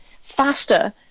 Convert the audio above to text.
faster